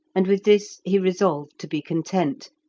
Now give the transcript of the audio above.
and with this he resolved to be content,